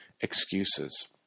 excuses